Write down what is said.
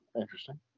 interesting